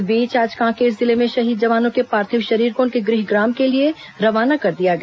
इस बीच आज कांकेर जिले में शहीद जवानों के पार्थिव शरीर को उनके गृहग्राम के लिए रवाना कर दिया गया